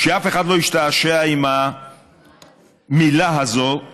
שאף אחד לא ישתעשע עם המילה הזאת "חינם",